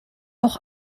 auch